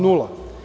Nula.